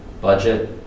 Budget